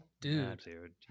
Dude